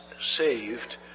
saved